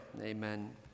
amen